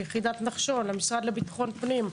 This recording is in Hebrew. ליחידת נחשון,